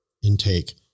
Intake